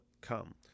come